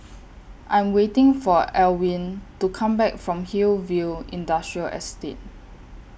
I'm waiting For Alwine to Come Back from Hillview Industrial Estate